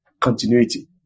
continuity